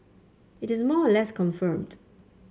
it is more or less confirmed